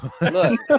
look